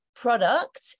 product